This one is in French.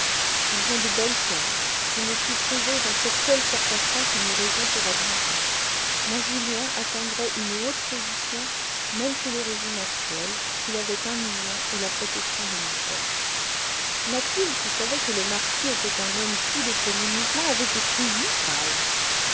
ils ont de belles terres je ne puis trouver dans cette seule circonstance une raison pour admirer mon julien atteindrait une haute position même sous le régime actuel s'il avait un million et la protection de mon père mathilde qui savait que le marquis était un homme tout de premier mouvement avait écrit huit pages